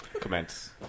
Commence